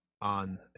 on